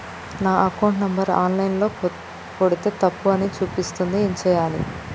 నా account number online ల కొడ్తే తప్పు అని చూపిస్తాంది ఏం చేయాలి?